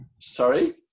Sorry